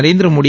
Narendra Modi